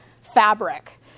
fabric